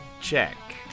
check